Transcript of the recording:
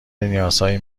نیازهای